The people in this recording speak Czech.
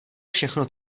všechno